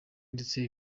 ndetse